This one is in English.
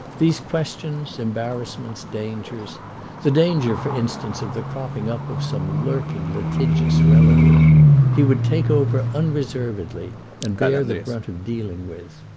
these questions, embarrassments, dangers the danger, for instance, of the cropping-up of some lurking litigious relative he would take over unreservedly and bear the brunt of dealing with.